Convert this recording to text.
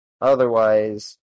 otherwise